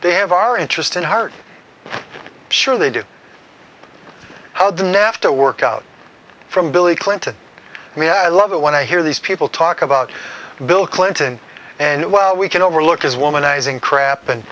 they have our interest in heart sure they do how the nafta work out from billy clinton we had love it when i hear these people talk about bill clinton and while we can overlook his womanizing crap and